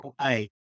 Hey